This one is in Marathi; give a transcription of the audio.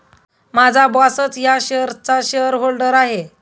माझा बॉसच या शेअर्सचा शेअरहोल्डर आहे